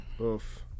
Oof